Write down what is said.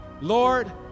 Lord